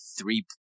three